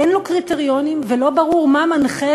אין לו קריטריונים ולא ברור מה מנחה